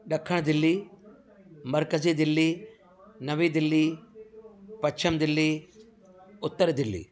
ॾखिण दिल्ली मर्कज़ी दिल्ली नवी दिल्ली पश्चिम दिल्ली उत्तर दिल्ली